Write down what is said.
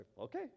okay